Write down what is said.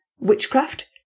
Witchcraft